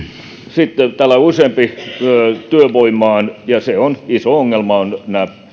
sitten täällä oli useampi työvoimasta ja iso ongelma ovat nämä